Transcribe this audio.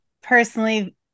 personally